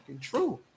true